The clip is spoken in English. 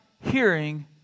hearing